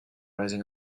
rising